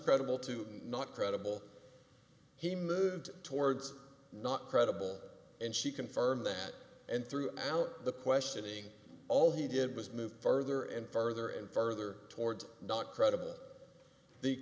credible to not credible he moved towards not credible and she confirmed that and throughout the questioning all he did was move further and further and further towards doc credible